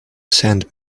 sent